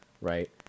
right